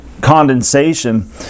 condensation